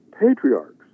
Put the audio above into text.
patriarchs